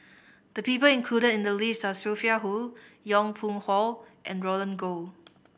the people included in the list are Sophia Hull Yong Pung How and Roland Goh